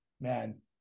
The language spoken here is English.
man